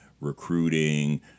recruiting